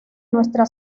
nuestra